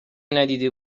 ندیده